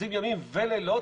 שעושים ימים ולילות.